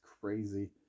crazy